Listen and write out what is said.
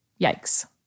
Yikes